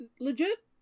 legit